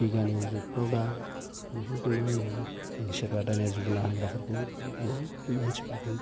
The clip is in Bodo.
बिगियाननि जुगफ्राव दा बेफोरखौनो होनो सोरबा दायना जुयना होनग्राफोरखौ बुहुथ मानसिफोरखौ